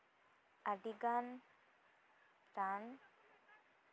ᱟᱹᱰᱤᱜᱟᱱ ᱨᱟᱱ